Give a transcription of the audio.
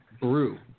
brew